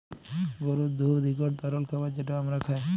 গরুর দুহুদ ইকট তরল খাবার যেট আমরা খাই